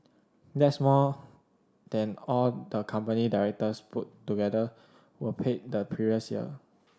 that's more than all the company directors put together were paid the previous year